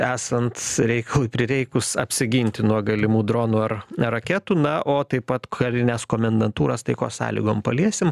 esant reikalui prireikus apsiginti nuo galimų dronų ar ar raketų na o taip pat karines komendantūras taikos sąlygom paliesim